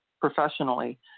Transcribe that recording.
professionally